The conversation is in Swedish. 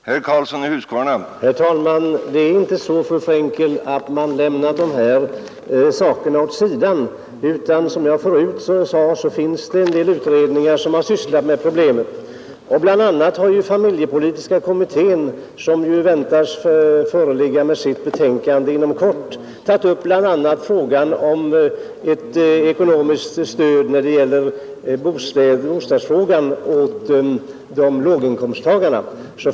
Herr talman! Det är inte så, fru Fre&nkel, att man lämnat dessa problem åt sidan. Som jag förut sagt har en hel del utredningar sysslat med problemen. Bl.a. har familjepolitiska kommittén, som väntas framlägga sitt betänkande inom kort, tagit upp frågan om ett ekonomiskt stöd när det gäller bostadskostnaderna för låginkomsttagare.